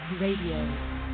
Radio